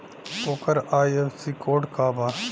ओकर IFSC code का बा?